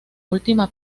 última